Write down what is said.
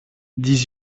dix